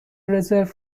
رزرو